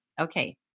Okay